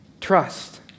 Trust